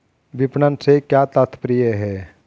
विपणन से क्या तात्पर्य है?